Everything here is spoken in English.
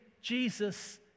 Jesus